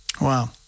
Wow